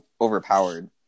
overpowered